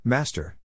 Master